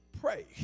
pray